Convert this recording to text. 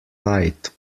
light